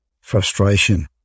frustration